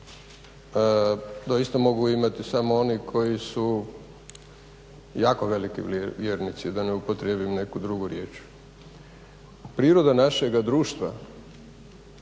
doista mogu imati samo oni koji su jako veliki vjernici, da ne upotrijebim neku drugu riječ. Priroda našega društva,